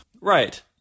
right